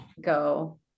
go